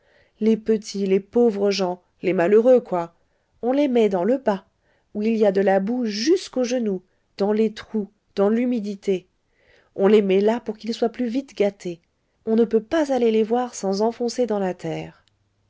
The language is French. les petits les pauvres gens les malheureux quoi on les met dans le bas où il y a de la boue jusqu'aux genoux dans les trous dans l'humidité on les met là pour qu'ils soient plus vite gâtés on ne peut pas aller les voir sans enfoncer dans la terre